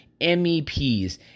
MEPs